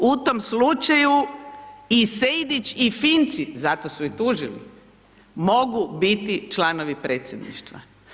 U tom slučaju i Sejdić i Finci zašto su i tužili, mogu biti članovi Predsjedništva.